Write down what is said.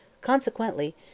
Consequently